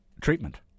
treatment